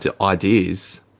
ideas